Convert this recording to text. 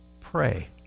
pray